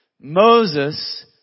Moses